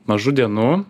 mažų dienų